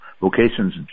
vocations